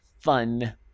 fun